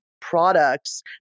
products